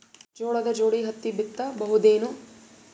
ಜೋಳದ ಜೋಡಿ ಹತ್ತಿ ಬಿತ್ತ ಬಹುದೇನು?